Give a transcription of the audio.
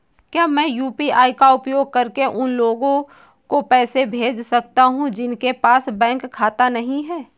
क्या मैं यू.पी.आई का उपयोग करके उन लोगों को पैसे भेज सकता हूँ जिनके पास बैंक खाता नहीं है?